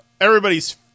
everybody's